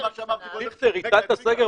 דיכטר, הטלת סגר